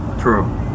true